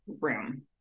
room